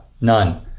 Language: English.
none